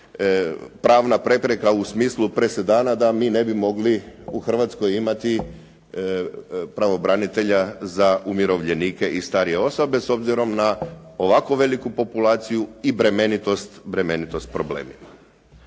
pravna prepreka u smislu presedana da mi ne bi mogli u Hrvatskoj imati pravobranitelja za umirovljenike i starije osobe, s obzirom na ovakvu veliku populaciju i bremenitost problemima.